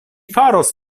faros